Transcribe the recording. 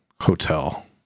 hotel